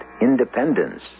independence